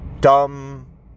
dumb